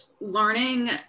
learning